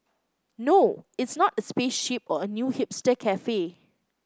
no it's not a spaceship or a new hipster cafe